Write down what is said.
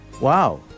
Wow